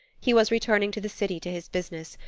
he was returning to the city to his business,